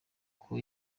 uko